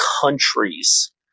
countries